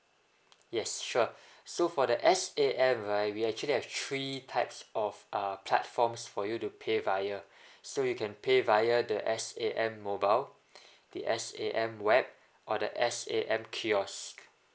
yes sure so for the S_A_M right we actually have three types of uh platforms for you to pay via so you can pay via the S_A_M mobile the S_A_M web or the S_A_M kiosk